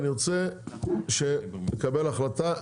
אני רוצה לקבל החלטה.